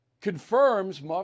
confirms